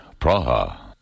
Praha